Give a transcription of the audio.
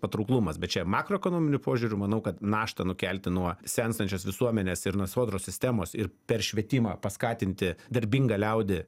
patrauklumas bet čia makroekonominiu požiūriu manau kad naštą nukelti nuo senstančios visuomenės ir nuo sodros sistemos ir per švietimą paskatinti darbingą liaudį